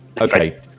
Okay